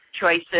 choices